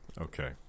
Okay